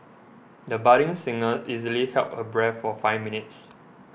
the budding singer easily held her breath for five minutes